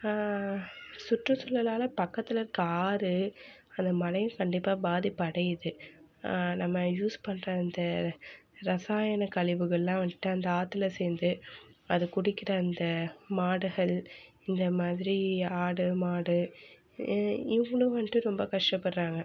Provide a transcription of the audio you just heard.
சுற்றுசூழலால் பக்கத்தில் இருக்க ஆறு அந்த மலையும் கண்டிப்பாக பாதிப்பு அடையுது நம்ம யூஸ் பண்ற அந்த இரசாயன கழிவுகள் எல்லாம் வந்துட்டு அந்த ஆற்றுல சேர்ந்து அது குடிக்கிற அந்த மாடுகள் இந்த மாதிரி ஆடு மாடு இவங்களும் வன்ட்டு ரொம்ப கஷ்டபடுறாங்க